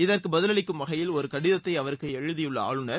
இதற்கு பதிலளிக்கும் வகையில் ஒரு கடிதத்தை அவருக்கு எழுதியுள்ள ஆளுநர்